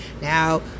Now